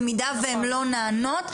במידה והן לא נענות?